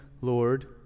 Lord